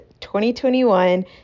2021